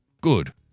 Good